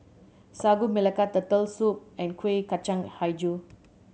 Sagu Melaka Turtle Soup and Kuih Kacang Hijau